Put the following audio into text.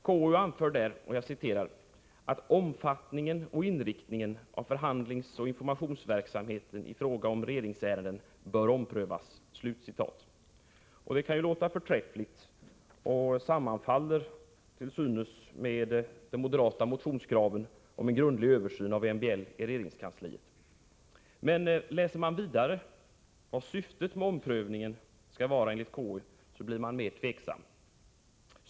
KU anför där: ”— att omfattningen och inriktningen av förhandlingsoch informationsverksamheten i fråga om regeringsärenden bör omprövas.” Det kan låta förträffligt och sammanfaller till synes med det moderata motionskravet på en grundlig översyn av MBL i regeringskansliet. Men läser man vidare om vad syftet med omprövningen skall vara enligt KU blir man mera tveksam.